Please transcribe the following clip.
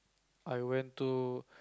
I went to